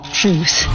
truth